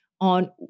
on